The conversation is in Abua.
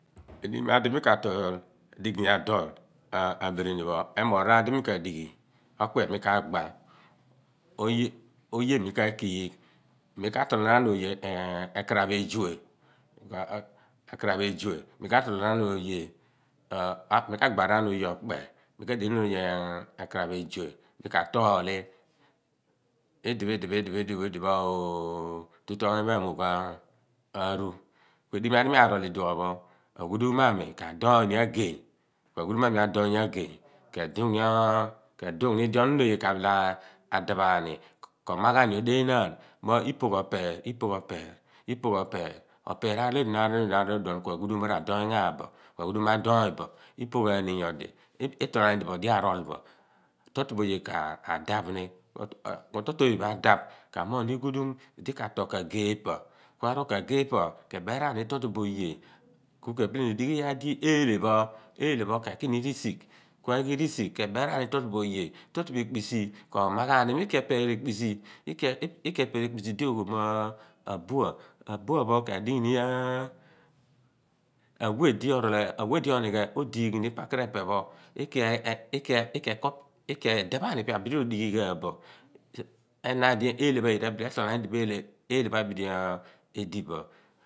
Edighimaardi mi ka toul di igey adool abirinipho emooghraar di mikadigh okpe mi kaabe oye mi kaa kiigh mi katolnaan oye ekaraph ezue ekaraph ezue mi kagbaanaan oye okpe mi kadighom oye ekaraph ezue mi ka tooli idipo idiphi, idipho oh tutu oony pho emugh aru. Edighi di mi a rool iduopho po a ghu duum mo a mi kadooyin agey ku a ghu duumo ami adoony agey kedughni di onon oye kaah daaphani komaghaani odeenaan mo ipoogh epeer ipoogh opeer, opeer a rool iduon, arool iduon kuaghudumora doony bo/poogh ghaani nyodi itool ani idipho odiarool bọ tra tro bo oye ka daphni ku tro tro bọ oye pho adaph kamoogh ni ghuuduum di ka tool ka gheephọ kebeeraani tro tro oye. Ku ke dighi iyaar di eelhe pho eelhe pho keki ni rigighi kueghirisigh ke beeraani tri tro bo oye tro tro ekpisi ko ma ghaani mo ki epeer ekpisi epeer ekpisi di dighi mo abuan. Abuan pho ka dighi ni a a weh di onighe odighini pakiri phe pe pho ike ee daphan ipe abidi rodighi ghaan bo pidi eelhe pho ayira etool aani idipho eelhe pho abidi edi bọ